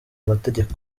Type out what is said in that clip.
amategeko